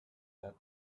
that